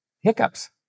hiccups